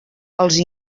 els